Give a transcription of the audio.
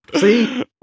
See